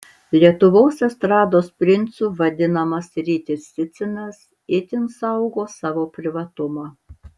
lietuvos estrados princu vadinamas rytis cicinas itin saugo savo privatumą